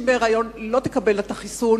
בהיריון לא תקבלנה את החיסון,